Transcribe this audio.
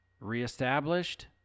reestablished